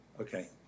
Okay